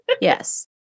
Yes